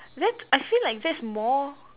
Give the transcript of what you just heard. that's I feel like that's more